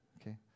Okay